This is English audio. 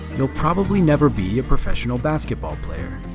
you'll probably never be a professional basketball player.